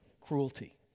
cruelty